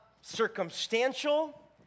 circumstantial